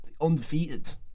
Undefeated